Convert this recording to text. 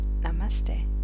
Namaste